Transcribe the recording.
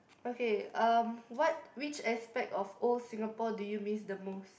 okay um what which aspect of old Singapore do you miss the most